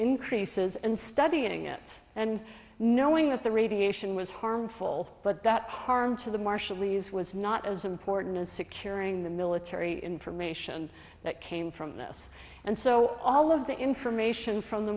increases and studying it and knowing that the radiation was harmful but that harm to the marshallese was not as important as securing the military information that came from the us and so all of the information from the